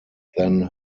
then